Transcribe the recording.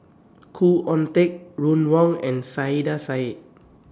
Khoo Oon Teik Ron Wong and Saiedah Said